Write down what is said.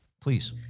please